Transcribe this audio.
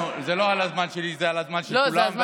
זה לא על הזמן שלי, זה על זמן של כולם.